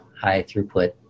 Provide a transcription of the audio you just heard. high-throughput